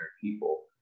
people